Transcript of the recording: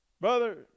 Brother